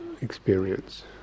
experience